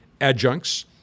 adjuncts